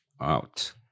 out